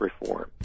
reform